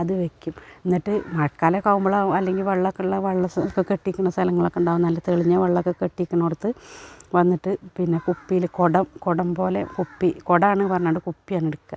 അതു വെക്കും എന്നിട്ട് മഴക്കാലമൊക്കെ ആകുമ്പോളോ അല്ലെങ്കിൽ വെള്ളമൊക്കെയുള്ള വെള്ളമൊക്കെ കെട്ടി നിൽക്കണ സ്ഥലങ്ങൾക്കുണ്ടാകും നല്ല തെളിഞ്ഞ വെള്ളമൊക്കെ കെട്ടി നിൽക്കണ ഇടത്തു വന്നിട്ടു പിന്നെ കുപ്പിയിൽ കുടം കുടം പോലെ കുപ്പി കുടമാണ് പറഞ്ഞതു കൊണ്ട് കുപ്പി ആണെടുക്കുക